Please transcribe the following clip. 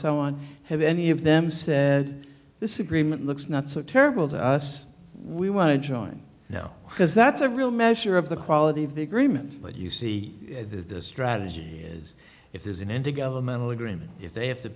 have any of them said this egremont looks not so terrible to us we want to join now because that's a real measure of the quality of the agreement but you see the strategy is if there's an end to governmental agreement if they have to